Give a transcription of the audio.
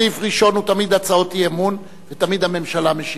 סעיף ראשון הוא תמיד הצעות אי-אמון ותמיד הממשלה משיבה.